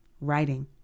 Writing